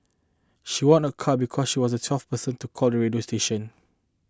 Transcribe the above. she won a car because she was the twelfth person to call the radio station